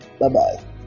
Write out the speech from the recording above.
Bye-bye